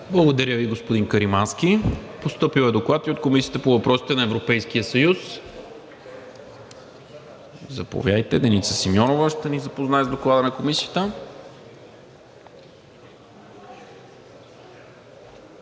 Благодаря Ви, господин Каримански. Постъпил е Доклад и от Комисията по въпросите на Европейския съюз. Заповядайте. Деница Симеонова ще ни запознае с Доклада на Комисията.